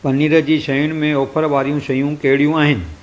पनीर जी शयुनि में ऑफर वारियूं शयूं कहिड़ियूं आहिनि